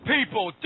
People